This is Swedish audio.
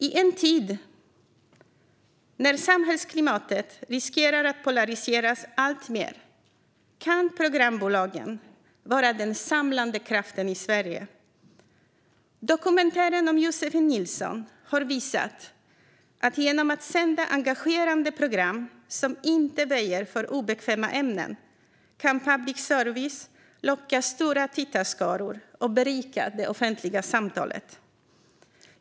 I en tid när samhällsklimatet riskerar att polariseras alltmer kan programbolagen vara den samlande kraften i Sverige. Dokumentären om Josefin Nilsson har visat att genom att sända engagerande program som inte väjer för obekväma ämnen kan public service locka stora tittarskaror och berika det offentliga samtalet.